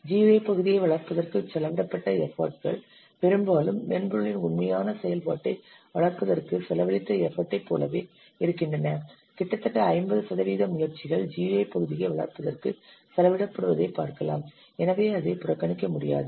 GUI பகுதியை வளர்ப்பதற்கு செலவிடப்பட்ட எஃபர்ட்கள் பெரும்பாலும் மென்பொருளின் உண்மையான செயல்பாட்டை வளர்ப்பதற்கு செலவழித்த எஃபர்ட்டை போலவே இருக்கின்றன கிட்டத்தட்ட 50 சதவிகித முயற்சிகள் GUI பகுதியை வளர்ப்பதற்கு செலவிடப்படுவதைப் பார்க்கலாம் எனவே அதை புறக்கணிக்க முடியாது